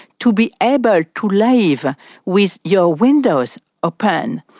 to be able to live with your windows open.